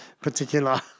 particular